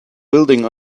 building